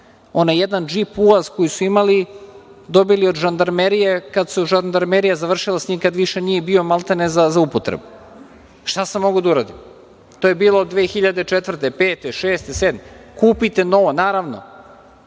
Onaj jedan džip ulaz koji su imali, dobili od žandarmerije kad je žandarmerija završila s njim, kad više nije bio maltene za upotrebu. Šta sam mogao da uradim? To je bilo 2004, 2005, 2006. i 2007. godine. Kupite nova. Naravno.